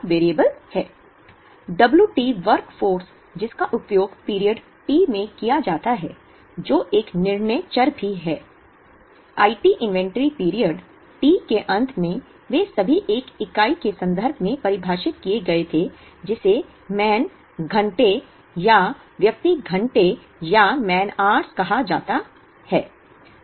W t workforce जिसका उपयोग period t में किया जाता है जो एक निर्णय चर भी है I t inventory period t के अंत में वे सभी एक इकाई के संदर्भ में परिभाषित किए गए थे जिसे मैन घंटे या व्यक्ति घंटे कहा जाता है